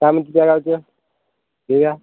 काय म्हणते तुझ्या गावचं देव्या